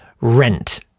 rent